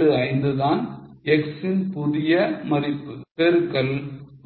75 தான் x ன் புதிய மதிப்பு பெருக்கல்